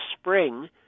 spring